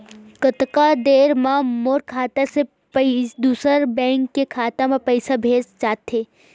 कतका देर मा मोर खाता से दूसरा बैंक के खाता मा पईसा भेजा जाथे?